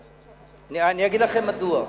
אגיד לכם מדוע.